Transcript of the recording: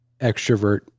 extrovert